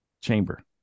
chamber